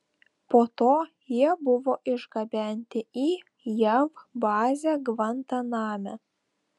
po to jie buvo išgabenti į jav bazę gvantaname